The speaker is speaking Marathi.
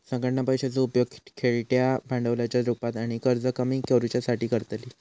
संघटना पैशाचो उपेग खेळत्या भांडवलाच्या रुपात आणि कर्ज कमी करुच्यासाठी करतली